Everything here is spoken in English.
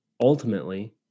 Ultimately